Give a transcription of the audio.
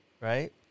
right